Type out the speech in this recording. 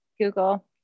Google